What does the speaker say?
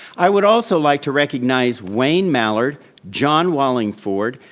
i would also like to recognize wayne mallard, john wallingford,